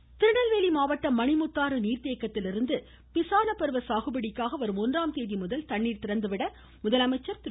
தண்ணீர் திறப்பு திருநெல்வேலி மாவட்டம் மணிமுத்தாறு நீர்தேக்கத்திலிருந்து பிசான பருவ சாகுபடிக்காக வரும் ஒன்றாம் தேதிமுதல் தண்ணீர் திறந்துவிட முதலமைச்சர் திரு